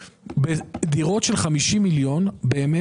בדירות של 50 מיליון ₪,